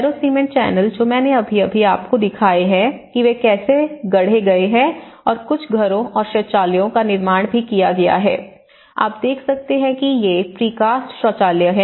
फेरो cement channel जो मैंने अभी अभी आपको दिखाते हैं वे कैसे गढ़े गए हैं और कुछ घरों और शौचालयों का निर्माण भी किया गया है आप देख सकते हैं कि ये प्रीकास्ट शौचालय हैं